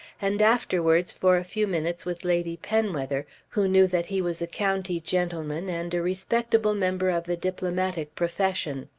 and afterwards for a few minutes with lady penwether who knew that he was a county gentleman and a respectable member of the diplomatic profession.